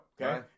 Okay